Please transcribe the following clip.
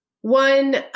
One